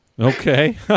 Okay